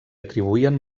atribuïen